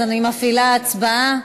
אז אני מפעילה הצבעה.